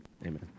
amen